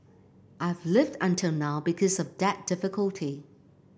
I've lived until now because of that difficulty